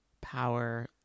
power